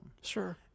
Sure